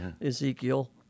Ezekiel